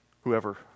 Whoever